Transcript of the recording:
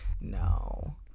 no